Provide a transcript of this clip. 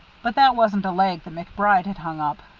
but that wasn't a leg that macbride had hung up.